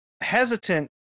hesitant